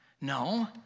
No